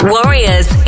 Warriors